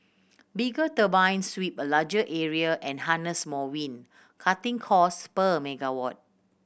bigger turbines sweep a larger area and harness more wind cutting costs per megawatt